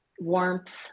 warmth